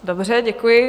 Dobře, děkuji.